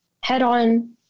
head-on